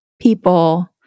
people